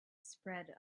spread